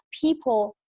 people